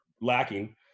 lacking